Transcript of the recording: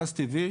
גז טבעי